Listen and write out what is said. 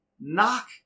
knock